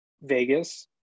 vegas